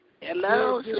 Hello